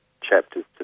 chapters